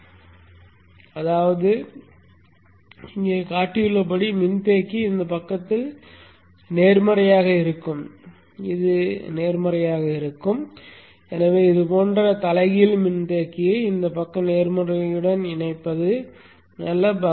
எனவே அதாவது இங்கே காட்டப்பட்டுள்ளபடி மின்தேக்கி இந்த பக்கத்தில் நேர்மறையாக இருக்கும் இது நேர்மறையாக இருக்கும் எனவே இது போன்ற தலைகீழ் மின்தேக்கியை இந்த பக்க நேர்மறையுடன் இணைப்பது நல்லது